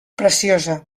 preciosa